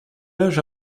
âge